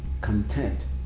content